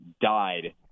died